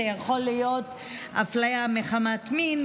זה יכול להיות אפליה מחמת מין,